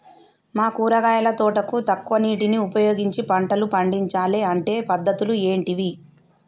మా కూరగాయల తోటకు తక్కువ నీటిని ఉపయోగించి పంటలు పండించాలే అంటే పద్ధతులు ఏంటివి?